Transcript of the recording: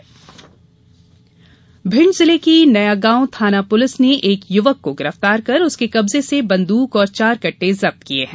police कार्यवाही भिंड जिले की नयागांव थाना पुलिस ने एक युवक को गिरफ्तार कर उसके कब्जे से बंदूक और चार कट्टे जब्त किए हैं